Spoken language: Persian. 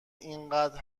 اینقدر